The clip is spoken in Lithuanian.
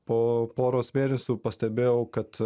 po poros mėnesių pastebėjau kad